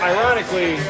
Ironically